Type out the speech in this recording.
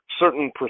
certain